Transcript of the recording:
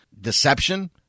deception